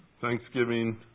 thanksgiving